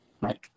right